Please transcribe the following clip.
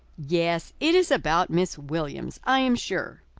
yes it is about miss williams, i am sure.